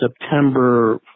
September